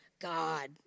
God